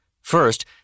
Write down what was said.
First